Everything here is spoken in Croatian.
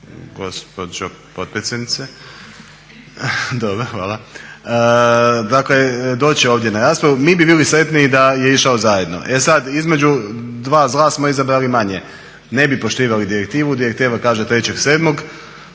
gospođo potpredsjednice, dobro, hvala, dakle doći će ovdje na raspravu. Mi bi bili sretniji da je išao zajedno. E sad između dva zla smo izabrali manje. Ne bi poštivali direktivu, direktiva kaže 3.7.,